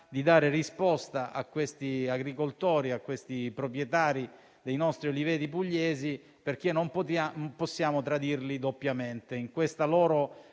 di dare risposta agli agricoltori, ai proprietari dei nostri oliveti pugliesi, perché non possiamo tradirli doppiamente